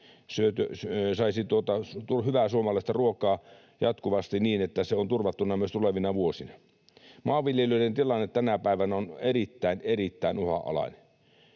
saisi hyvää suomalaista ruokaa jatkuvasti niin, että se on turvattuna myös tulevina vuosina. Maanviljelijöiden tilanne tänä päivänä on erittäin, erittäin